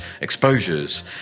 exposures